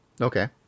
Okay